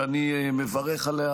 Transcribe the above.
שאני מברך עליה,